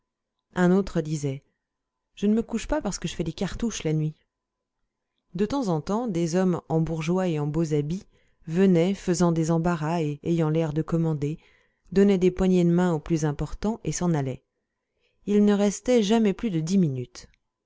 un autre disait je ne me couche pas parce que je fais des cartouches la nuit de temps en temps des hommes en bourgeois et en beaux habits venaient faisant des embarras et ayant l'air de commander donnaient des poignées de mains aux plus importants et s'en allaient ils ne restaient jamais plus de dix minutes